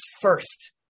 first